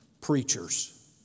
Preachers